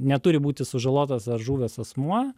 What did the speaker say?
neturi būti sužalotas ar žuvęs asmuo